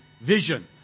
vision